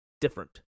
different